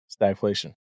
stagflation